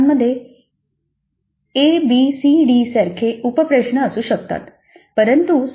प्रत्येक प्रश्नामध्ये A B C D सारखे उप प्रश्न असू शकतात